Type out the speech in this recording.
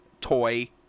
toy